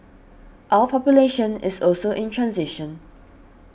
our population is also in transition